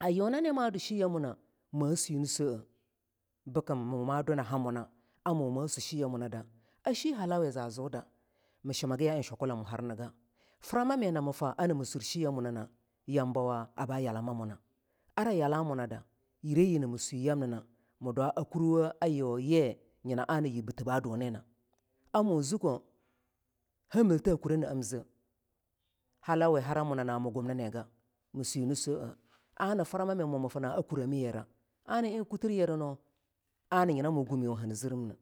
Ayunane a du shiye muna ma sue-ni swoaeah bikim mu ma duna hamuna a muma sue shiyemuda a she halawa a za zuda mishimagi a eing shwakulalamo arnige, frama i nam faah anam sur shiye munana yambawa abba yalama munna, ara yala munade ireyi nam sue yamnina midway a kurwo a gue yi nyina anni yibbi the ba dunina a mu zukkoh hemilthe kure naam ze halawe hara munana mii gumniniga mii ue ni swoeh ana frama minam finna a kuremi yira ana eing kutir yiranu ana nyina mu gumiwo nii zirimne